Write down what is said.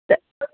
तत्